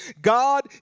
God